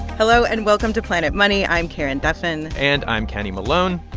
hello. and welcome to planet money. i'm karen duffin and i'm kenny malone.